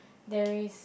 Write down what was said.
there is